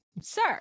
sir